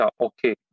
okay